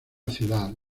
ciudad